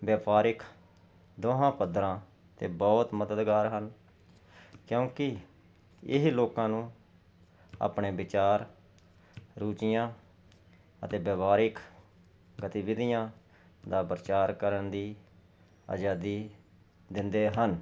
ਵਪਾਰਿਕ ਦੋਹਾਂ ਪੱਧਰਾਂ 'ਤੇ ਬਹੁਤ ਮਦਦਗਾਰ ਹਨ ਕਿਉਂਕੀ ਇਹ ਲੋਕਾਂ ਨੂੰ ਆਪਣੇ ਵਿਚਾਰ ਰੁਚੀਆਂ ਅਤੇ ਵਿਵਹਾਰਿਕ ਗਤੀਵਿਧੀਆਂ ਦਾ ਪ੍ਰਚਾਰ ਕਰਨ ਦੀ ਅਜ਼ਾਦੀ ਦਿੰਦੇ ਹਨ